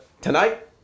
tonight